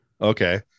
okay